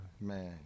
Man